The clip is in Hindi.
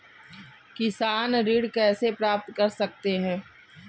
किसान ऋण कैसे प्राप्त कर सकते हैं?